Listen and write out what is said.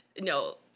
No